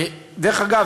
דרך אגב,